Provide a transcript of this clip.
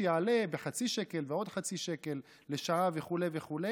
שיעלה בחצי שקל ועוד חצי שקל לשעה וכו' וכו',